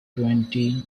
twenty